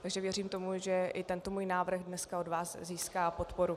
Takže věřím tomu, že i tento můj návrh dneska od vás získá podporu.